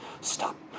Stop